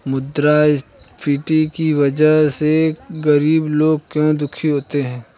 मुद्रास्फीति की वजह से गरीब लोग क्यों दुखी होते हैं?